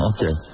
Okay